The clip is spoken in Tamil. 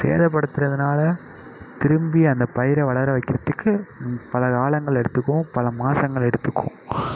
சேதப்படுத்துறதுனால் திரும்பி அந்த பயிரை வளர வைக்கிறதுக்கு பல காலங்கள் எடுத்துக்கும் பல மாதங்கள் எடுத்துக்கும்